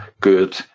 good